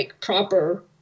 proper